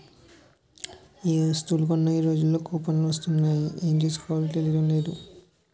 ఏ వస్తువులు కొన్నా ఈ రోజుల్లో కూపన్లు వస్తునే ఉన్నాయి ఏం చేసుకోవాలో తెలియడం లేదు